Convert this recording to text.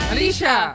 Alicia